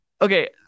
okay